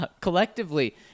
Collectively